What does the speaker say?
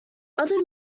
other